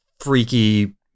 freaky